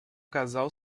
casal